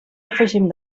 afegim